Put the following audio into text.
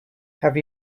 have